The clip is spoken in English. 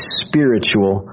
spiritual